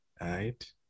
Right